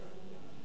כן.